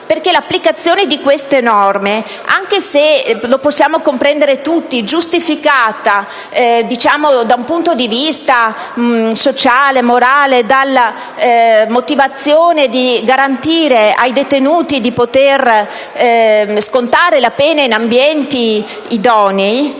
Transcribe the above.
perché l'applicazione di queste norme, anche se - lo possiamo comprendere tutti - giustificata da un punto di vista sociale e morale dalla motivazione di garantire ai detenuti di poter scontare la pena in ambienti idonei,